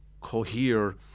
cohere